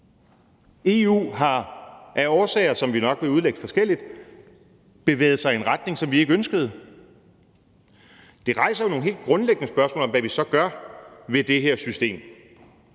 EU har af årsager, som vi nok vil udlægge forskelligt, bevæget sig i en retning, som vi nok ikke ønskede. Det rejser nogle helt grundlæggende spørgsmål om, hvad vi så gør ved det her system.